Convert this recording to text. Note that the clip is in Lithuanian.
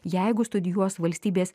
jeigu studijuos valstybės